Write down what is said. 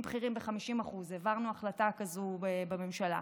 בכירים ב-50% והעברנו החלטה כזו בממשלה,